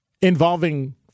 involving